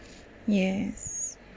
yes